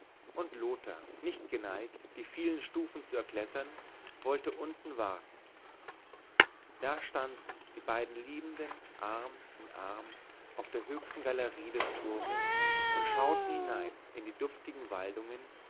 und lothar nicht geneigt die vielen stufen zu erklettern wollte unten warten da standen die beiden liebenden arm in arm auf der höchsten galerie des turmes und schauten hinein in die duftigen waldungen